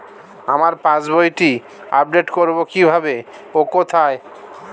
আমার পাস বইটি আপ্ডেট কোরবো কীভাবে ও কোথায়?